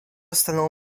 stanęło